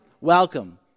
welcome